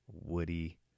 Woody